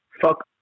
Fuck